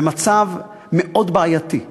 במצב מאוד בעייתי.